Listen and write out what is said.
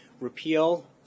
repeal